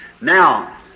Now